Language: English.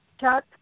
Chuck